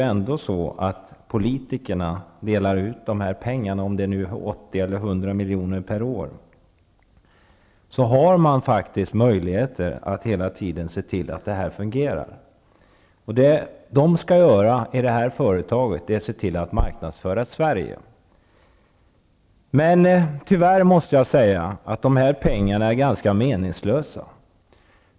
Men politikerna delar ut pengarna -- 80 eller 100 milj.kr. per år -- och då har man möjlighet att hela tiden se till att det fungerar. Det som detta företag skall göra är att marknadsföra Sverige. Tyvärr måste jag säga att pengarna är ganska meningslösa.